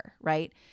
right